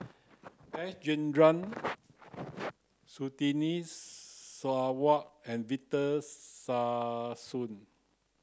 S Rajendran Surtini Sarwan and Victor Sassoon